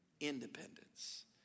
independence